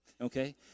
okay